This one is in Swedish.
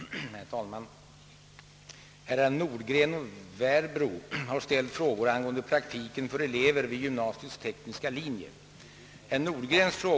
Herr talman! Herrar Nordgren och Werbro har ställt frågor angående praktiken för elever vid gymnasiets tekniska linje.